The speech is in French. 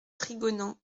trigonant